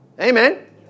Amen